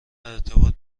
ارتباط